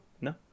No